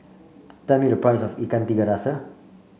tell me the price of Ikan Tiga Rasa